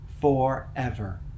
forever